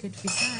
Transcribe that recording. זאת אומרת,